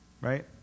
Right